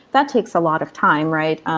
that takes a lot of time, right? um